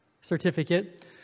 certificate